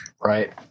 Right